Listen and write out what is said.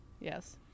Yes